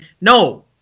No